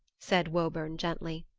said woburn gently.